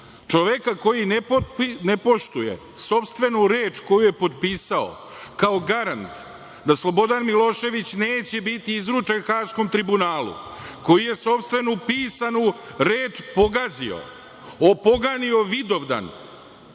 čoveka koji ne poštuje sopstvenu reč koju je potpisao kao garant da Slobodan Milošević neće biti izručen Haškom tribunalu, koji je sopstvenu pisanu reč pogazio. Opoganio Vidovdan